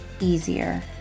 easier